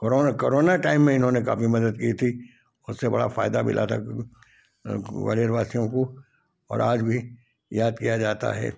corona time में इन्होंने काफ़ी मदद की थी उससे बड़ा फायदा मिला था ग्वालियर वासियों को और आज भी याद किया जाता है